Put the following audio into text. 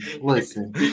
listen